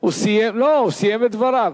הוא סיים את דבריו.